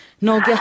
No